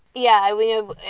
yeah, we have.